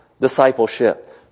discipleship